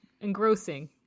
engrossing